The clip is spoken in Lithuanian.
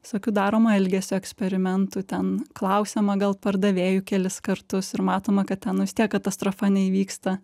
visokių daroma elgesio eksperimentų ten klausiama gal pardavėjų kelis kartus ir matoma kad ten nu vis tiek katastrofa neįvyksta